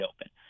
open